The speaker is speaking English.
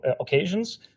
occasions